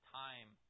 time